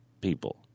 people